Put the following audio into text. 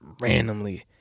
randomly